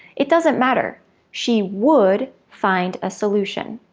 it doesn't matter she would find a solution,